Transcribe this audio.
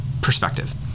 perspective